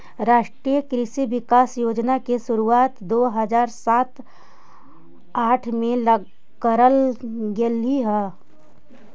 राष्ट्रीय कृषि विकास योजना की शुरुआत दो हज़ार सात आठ में करल गेलइ हल